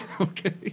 Okay